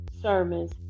sermons